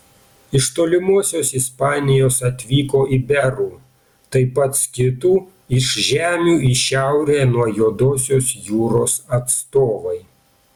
iš tolimosios ispanijos atvyko iberų taip pat skitų iš žemių į šiaurę nuo juodosios jūros atstovai